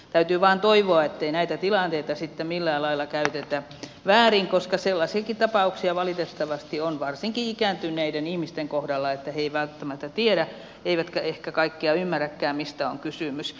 täytyy vain toivoa ettei näitä tilanteita sitten millään lailla käytetä väärin koska sellaisiakin tapauksia valitettavasti on varsinkin ikääntyneiden ihmisten kohdalla että he eivät välttämättä tiedä eivätkä ehkä kaikkea ymmärräkään mistä on kysymys